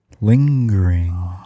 lingering